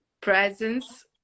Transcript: Presence